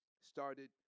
Started